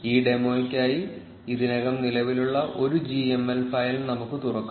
ഈ ഡെമോയ്ക്കായി ഇതിനകം നിലവിലുള്ള ഒരു ജിഎംഎൽ ഫയൽ നമുക്ക് തുറക്കാം